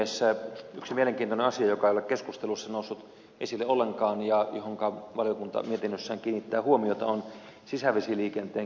yksi mielenkiintoinen asia joka ei ole keskustelussa noussut esille ollenkaan ja johonka valiokunta mietinnössään kiinnittää huomiota on sisävesiliikenteen kehittäminen